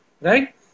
right